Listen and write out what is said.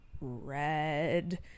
red